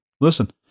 listen